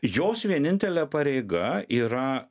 jos vienintelė pareiga yra